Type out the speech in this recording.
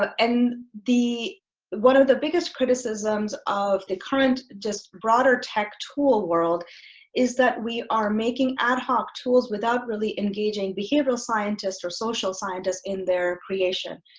but and the one of the biggest criticisms of the current just broader tech tool world is that we are making ad hoc tools without really engaging behavioral scientists or social scientists in their creation.